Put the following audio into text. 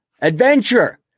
Adventure